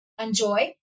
enjoy